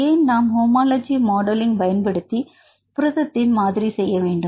ஏன் நாம் homology modelling பயன்படுத்தி புரதத்தின் மாதிரி செய்ய வேண்டும்